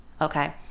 okay